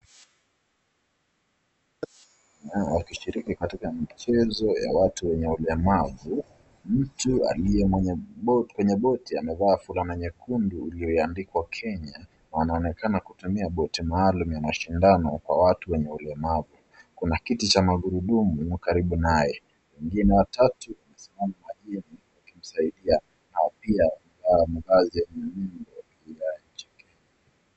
Hao wakishiriki katika michezo ya watu wenye ulemavu. Mtu aliye kwenye boti , amevaa fulana nyekundu iliyoandikwa Kenya. Wanaonekana kutumia boti maalum ya mashindano kwa watu wenye ulemavi. Kuna kiti cha magurudumu karibu naye . mwengine wa tatu amesimama majini akimsaidia au pia amevaa zile nguo za nchi Kenya.